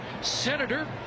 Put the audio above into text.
Senator